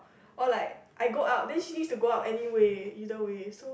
oh like I go out then she needs to go out anywhere so